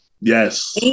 Yes